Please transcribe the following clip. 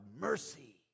mercy